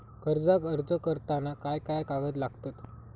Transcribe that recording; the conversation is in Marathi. कर्जाक अर्ज करताना काय काय कागद लागतत?